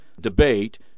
debate